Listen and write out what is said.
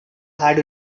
had